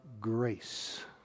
grace